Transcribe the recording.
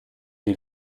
die